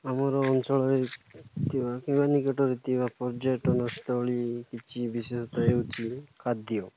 ଆମର ଅଞ୍ଚଳରେ ଥିବା କିମ୍ବା ନିକଟରେ ଥିବା ପର୍ଯ୍ୟଟନସ୍ଥଳୀ କିଛି ବିଶେଷତଃ ହେଉଛି ଖାଦ୍ୟ